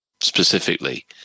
specifically